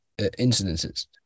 incidences